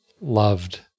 loved